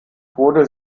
wurde